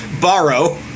borrow